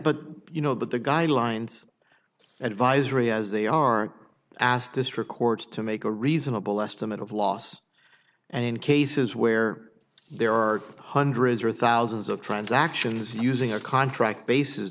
but you know that the guidelines and vies really as they are asked district courts to make a reasonable estimate of loss and in cases where there are hundreds or thousands of transactions using a contract basis